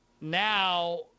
now